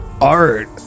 art